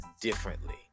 differently